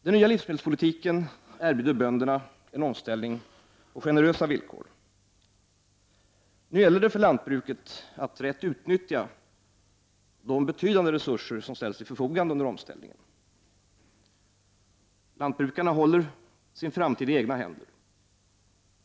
Den nya livsmedelspolitiken erbjuder bönderna en omställning på generösa villkor. Nu gäller det för lantbruket att rätt utnyttja de betydande resurser som ställs till förfogande under omställningen. Lantbrukarna håller sin framtid i egna händer.